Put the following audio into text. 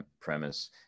premise